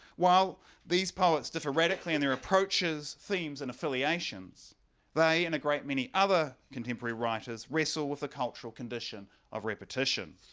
while these poets differ radically and their approaches themes and affiliations they, and a great many other contemporary writers wrestle with the cultural condition of repetition.